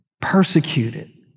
persecuted